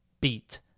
beat